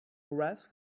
grass